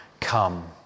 come